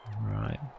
right